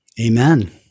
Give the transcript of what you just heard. Amen